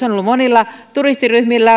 on ollut monille turistiryhmille